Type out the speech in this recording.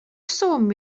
swm